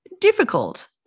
difficult